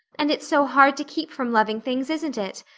and it's so hard to keep from loving things, isn't it?